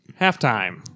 Halftime